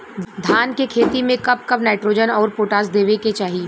धान के खेती मे कब कब नाइट्रोजन अउर पोटाश देवे के चाही?